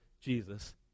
Jesus